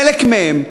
חלק מהם,